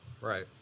Right